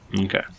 Okay